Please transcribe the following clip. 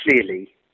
clearly